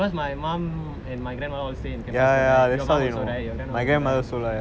because my mum and my grandmother always stay in campus road right your mom also right your grandmother also right